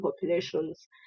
population's